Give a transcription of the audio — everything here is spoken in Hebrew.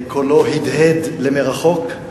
קולו הדהד למרחוק.